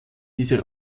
diese